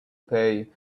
pay